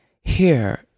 Here